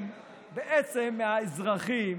אלוף בצה"ל.